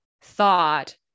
thought